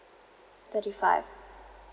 thirty five